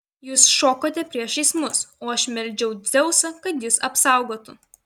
jūs šokote priešais mus o aš meldžiau dzeusą kad jus apsaugotų